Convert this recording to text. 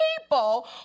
people